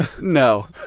No